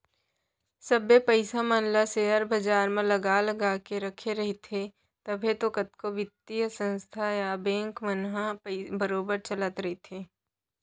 सबे पइसा मन ल सेयर बजार म लगा लगा के रखे रहिथे तभे तो कतको बित्तीय संस्था या बेंक मन ह बरोबर चलत रइथे